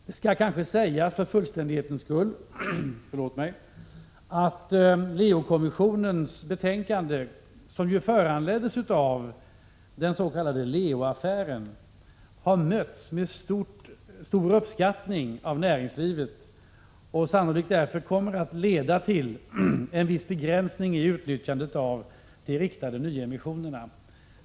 Det skall kanske sägas för fullständighetens skull att Leo-kommissionens betänkande, som föranleddes av den s.k. Leo-affären, har mötts med stor uppskattning i näringslivet och sannolikt därför kommer att leda till en viss begränsning i utnyttjandet av de riktade nyemissionerna.